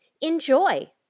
Enjoy